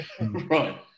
Right